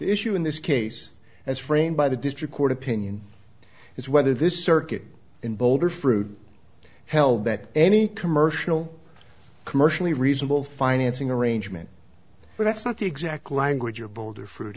issue in this case as framed by the district court opinion is whether this circuit in boulder fruit held that any commercial commercially reasonable financing arrangement but that's not the exact language of boulder fruit